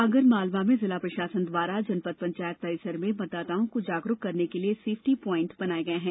आगर मालवा में जिला प्रशासन द्वारा जनपद पंचायत परिसर में मतदाताओं को जागरुक करने के लिए सेल्फी पाइण्टी बनाया गया है